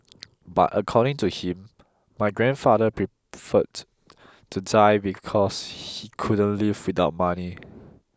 but according to him my grandfather preferred to die because he couldn't live without money